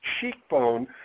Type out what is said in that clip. cheekbone